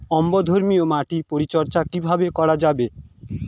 অম্লধর্মীয় মাটির পরিচর্যা কিভাবে করা যাবে?